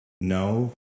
no